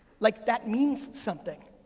like that means something.